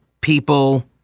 people